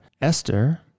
Esther